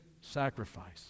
sacrifice